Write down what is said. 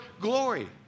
glory